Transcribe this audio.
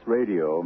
Radio